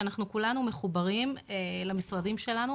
שאנחנו כולנו מחוברים למשרדים שלנו,